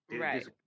Right